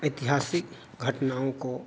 ऐतिहासिक घटनाओं को